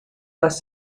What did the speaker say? dass